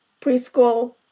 preschool